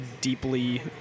deeply